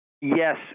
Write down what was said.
Yes